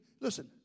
listen